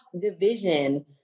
division